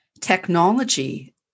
technology